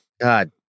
God